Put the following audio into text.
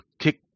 kick